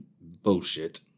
Bullshit